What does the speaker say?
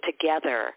together